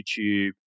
YouTube